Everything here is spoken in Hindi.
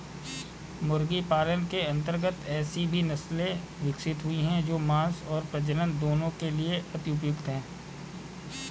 मुर्गी पालन के अंतर्गत ऐसी भी नसले विकसित हुई हैं जो मांस और प्रजनन दोनों के लिए अति उपयुक्त हैं